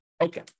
Okay